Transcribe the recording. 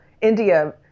India